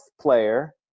player